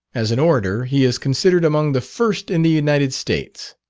as an orator, he is considered among the first in the united states.